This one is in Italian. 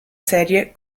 serie